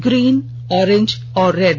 green orange और red